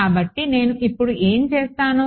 కాబట్టి నేను ఇప్పుడు ఏమి చేస్తాను